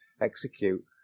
execute